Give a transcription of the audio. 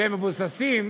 שמבוססים